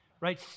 right